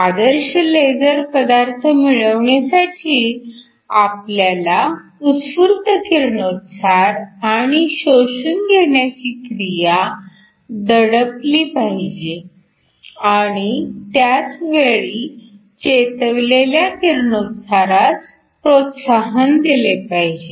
आदर्श laser पदार्थ मिळविण्यासाठी आपल्याला उत्स्फूर्त किरणोत्सार आणि शोषून घेण्याची क्रिया दडपली पाहिजे आणि त्याच वेळी चेतवलेल्या किरणोत्सारास प्रोत्साहन दिले पाहिजे